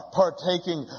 partaking